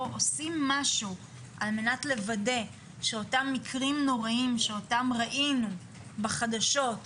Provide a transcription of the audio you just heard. או עושים משהו על מנת לוודא שאותם מקרים נוראיים שאותם ראינו בחדשות,